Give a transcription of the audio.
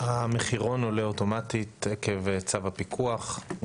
המחירון עולה אוטומטית עקב צו הפיקוח.